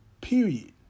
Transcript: Period